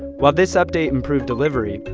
while this update improved delivery,